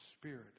spirit